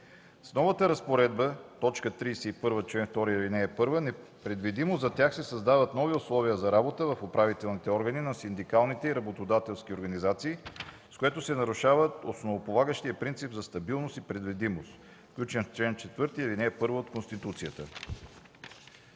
С новата разпоредба на т. 31 от чл. 2, ал. 1 непредвидимо за тях се създават нови условия за работа в управителните органи на синдикалните и работодателски организации, с което се нарушава основополагащият принцип за стабилност и предвидимост, включен в чл. 4, ал. 1 от Конституцията.